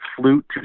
flute